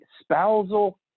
spousal